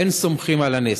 אין סומכים על הנס.